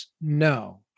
no